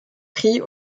prix